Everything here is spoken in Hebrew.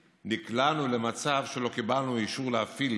נקלענו למצב שבו לא קיבלנו אישור להפעיל